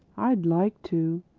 i'd like to,